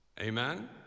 amen